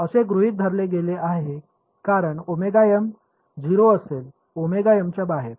असे गृहित धरले गेले आहे कारण 0 असेल च्या बाहेर